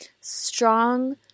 strong